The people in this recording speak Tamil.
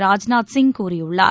ராஜ்நாத் சிங் கூறியுள்ளார்